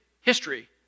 history